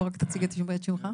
תציג את שמך.